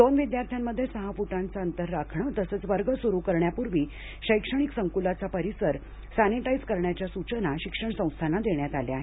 दोन विद्यार्थ्यांमध्ये सहा फुटांचे अंतर राखणे तसंच वर्ग सुरू करण्यापुर्वी शैक्षणिक संकुलाचा परिसर सॅनिटाईझ करण्याच्या सूचना शिक्षण संस्थांना देण्यात आल्या आहेत